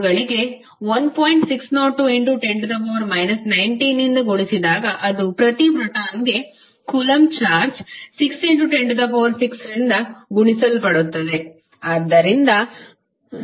60210 19ಗುಣಿಸಿದಾಗ ಅದು ಪ್ರತಿ ಪ್ರೋಟಾನ್ಗೆ ಕೂಲಂಬ್ ಚಾರ್ಜ್ 6106 ರಿಂದ ಗುಣಿಸಲ್ಪಡುತ್ತದೆ